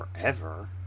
forever